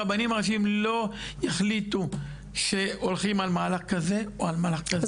הרבנים הראשיים לא יחליטו שהולכים על מהלך כזה או מהלך כזה.